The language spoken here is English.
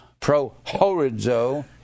prohorizo